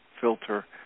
filter